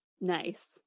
nice